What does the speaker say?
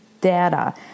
data